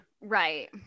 right